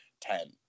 ten